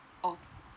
oh